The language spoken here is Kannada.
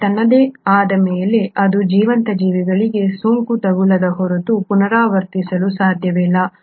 ಆದರೆ ತನ್ನದೇ ಆದ ಮೇಲೆ ಇದು ಜೀವಂತ ಜೀವಿಗಳಿಗೆ ಸೋಂಕು ತಗುಲದ ಹೊರತು ಪುನರಾವರ್ತಿಸಲು ಸಾಧ್ಯವಿಲ್ಲ